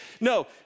No